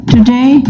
Today